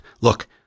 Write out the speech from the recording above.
Look